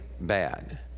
bad